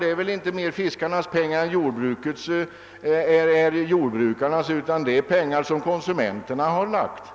Det är väl inte mera fiskarnas pengar än jordbrukets prisregleringsfond är jordbrukarnas; det är pengar som konsumenterna har betalt.